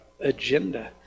agenda